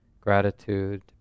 gratitude